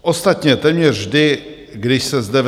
Ostatně téměř vždy, když se zde ve